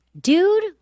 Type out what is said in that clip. Dude